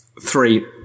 three